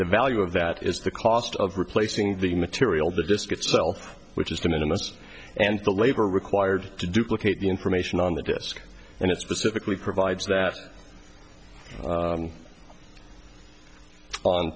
the value of that is the cost of replacing the material the disk itself which is going to the most and the labor required to duplicate the information on the disk and it specifically provides that